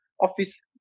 Office